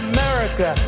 America